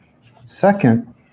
Second